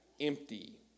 empty